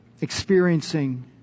experiencing